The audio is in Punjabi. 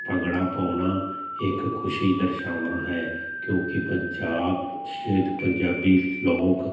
ਭੰਗੜਾ ਪਾਉਣਾ ਇੱਕ ਖੁਸ਼ੀ ਦਰਸਾਉਣਾ ਹੈ ਕਿਉਂਕਿ ਪੰਜਾਬ ਸਟੇਟ ਪੰਜਾਬੀ ਲੋਕ